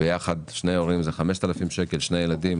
ביחד שני הורים זה 5,000 שקל, ועל שני ילדים